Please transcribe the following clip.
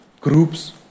groups